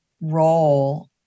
role